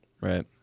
Right